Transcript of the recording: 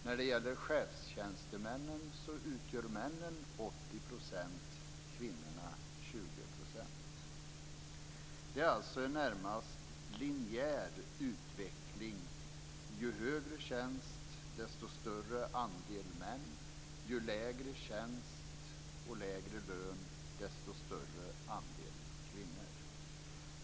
När det gäller chefstjänstemännen utgör männen 80 % och kvinnorna 20 %. Det är alltså en närmast linjär utveckling - ju högre tjänst, desto större andel män, ju lägre tjänst och lägre lön, desto större andel kvinnor.